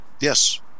Yes